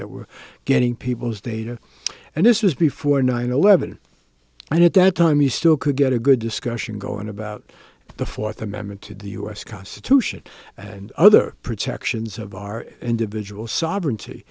that were getting people as they and this was before nine eleven and at that time you still could get a good discussion going about the fourth amendment to the us constitution and other protections of our individual sovereignty